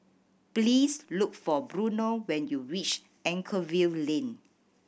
please look for Bruno when you reach Anchorvale Lane